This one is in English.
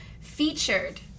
featured